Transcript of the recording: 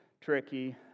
tricky